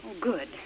good